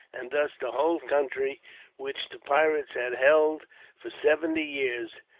and thus the whole country which the pirates had held for seventy years,